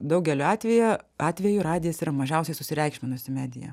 daugeliu atvejų atveju radijas yra mažiausiai susireikšminusi medija